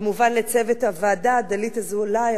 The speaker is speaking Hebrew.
כמובן לצוות הוועדה: דלית אזולאי,